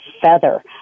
feather